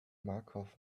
markov